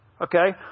Okay